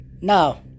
now